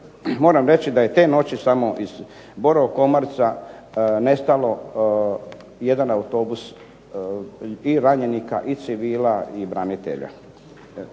Moram reći da je te noći samo iz "Borovo commerca" nestalo jedan autobus i ranjenika i civila i branitelja.